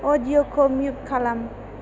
अडिअ'खौ mute खालाम